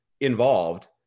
involved